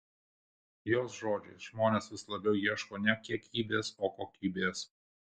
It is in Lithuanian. jos žodžiais žmonės vis labiau ieško ne kiekybės o kokybės